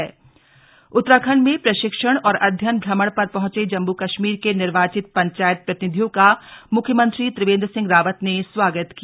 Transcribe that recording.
पंचायत प्रतिनिधि उत्तराखंड में प्रशिक्षण और अध्ययन भ्रमण पर पहुंचे जम्मू कश्मीर के निर्वाचित पंचायत प्रतिनिधियों का मुख्यमंत्री त्रिवेन्द्र सिंह रावत ने स्वागत किया